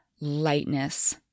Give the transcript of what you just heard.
lightness